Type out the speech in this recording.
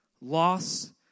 loss